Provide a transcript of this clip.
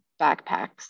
backpacks